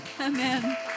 Amen